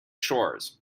shores